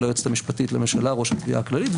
היועצת המשפטית לממשלה ראש התביעה הכללית,